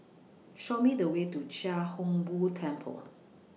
Show Me The Way to Chia Hung Boo Temple